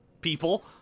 people